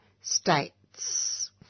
states